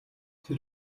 тэр